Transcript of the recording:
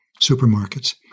supermarkets